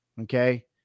okay